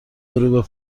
غروب